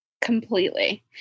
Completely